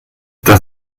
das